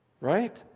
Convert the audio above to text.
right